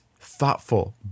thoughtful